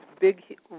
big